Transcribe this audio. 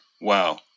Wow